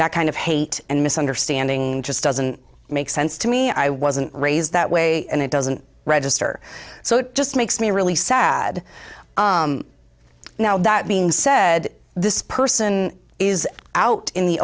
that kind of hate and misunderstanding just doesn't make sense to me i wasn't raised that way and it doesn't register so it just makes me really sad now that being said this person is out in the